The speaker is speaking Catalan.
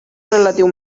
relatiu